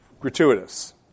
gratuitous